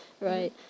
right